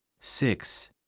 six